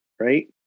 right